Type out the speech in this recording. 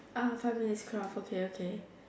ah five minutes plus okay okay